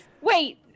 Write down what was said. Wait